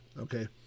Okay